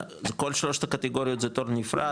זה כל שלושת הקטיגוריות זה תור נפרד?